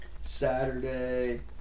Saturday